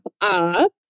up